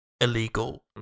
illegal